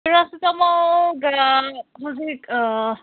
ꯄꯦꯔꯥꯁꯤꯇꯥꯃꯣꯜꯒ ꯍꯧꯖꯤꯛ